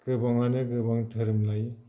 गोबाङानो गोबां धोरोम लायो